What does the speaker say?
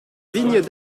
vignes